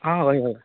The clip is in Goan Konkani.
आ हय हय